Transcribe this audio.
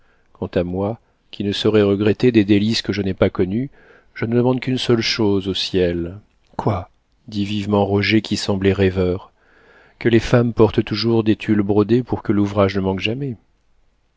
quant à moi qui ne saurais regretter des délices que je n'ai pas connues je ne demande qu'une seule chose au ciel quoi dit vivement roger qui semblait rêveur que les femmes portent toujours des tulles brodés pour que l'ouvrage ne manque jamais